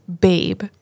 Babe